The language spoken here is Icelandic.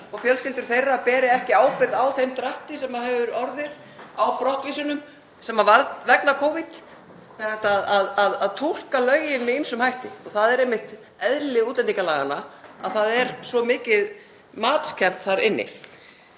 og fjölskyldur þeirra beri ekki ábyrgð á þeim drætti sem hefur orðið á brottvísunum sem varð vegna Covid. Það er hægt að túlka lögin með ýmsum hætti og það er einmitt eðli útlendingalaganna að það er svo mikið matskennt þar inni.